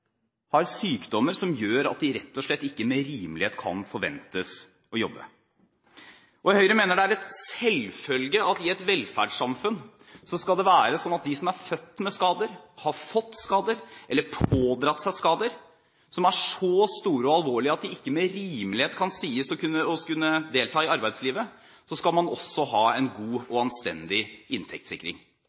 sykdommer at de rett og slett ikke med rimelighet kan forventes å jobbe. Høyre mener det er en selvfølge at det i et velferdssamfunn skal være slik at de som er født med skader, har fått skader eller pådratt seg skader som er så store og alvorlige at de ikke med rimelighet kan sies å kunne delta i arbeidslivet, også skal ha en god og anstendig inntektssikring.